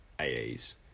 AEs